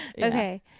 Okay